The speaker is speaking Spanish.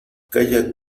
calla